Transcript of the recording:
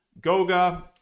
Goga